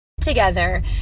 together